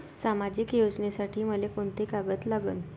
सामाजिक योजनेसाठी मले कोंते कागद लागन?